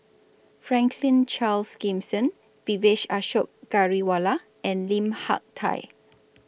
Franklin Charles Gimson Vijesh Ashok Ghariwala and Lim Hak Tai